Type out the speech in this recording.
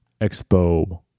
Expo